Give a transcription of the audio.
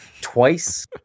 twice